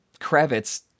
Kravitz